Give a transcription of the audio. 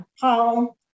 Paul